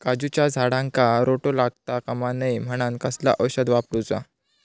काजूच्या झाडांका रोटो लागता कमा नये म्हनान कसला औषध वापरूचा?